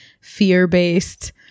fear-based